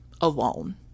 alone